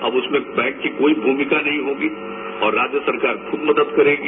अब उसमें बैंक की कोई भूमिका नहीं होगी और राज्य सरकार उसमें खुद मदद करेगी